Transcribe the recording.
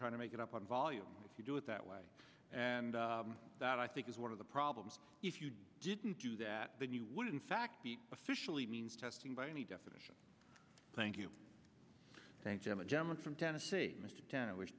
trying to make it up on volume if you do it that way and that i think is one of the problems if you didn't do that then you wouldn't fact be officially means testing by any definition thank you thank you i'm a gentleman from tennessee mr